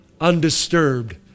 undisturbed